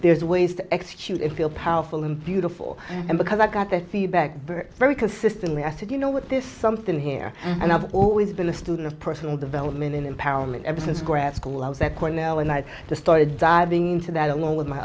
there's ways to execute it feel powerful and beautiful and because i got that feedback very very consistently i said you know what this something here and i've always been a student of personal development and empowerment ever since grad school i was at cornell and i started diving into that along with my